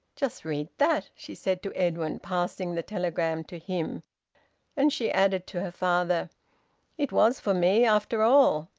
just read that! she said to edwin, passing the telegram to him and she added to her father it was for me, after all.